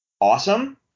Awesome